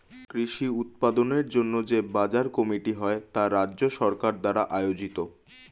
কৃষি উৎপাদনের জন্য যে বাজার কমিটি হয় তা রাজ্য সরকার দ্বারা আয়োজিত